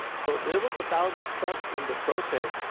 so there was a thousand trucks in the protest.